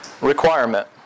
requirement